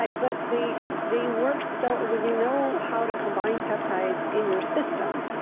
like but they they work so. and when you know how to combine peptides in your system,